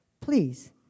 Please